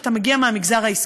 אתה מגיע מהמגזר העסקי.